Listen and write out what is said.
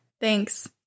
Thanks